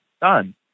done